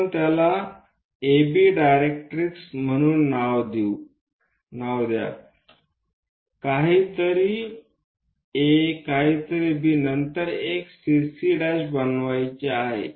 आपण त्याला AB डायरेक्टिक्स म्हणून नाव द्या काहीतरी A काहीतरी बी नंतर एक CC'बनवायची आहे